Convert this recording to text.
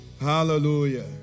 Hallelujah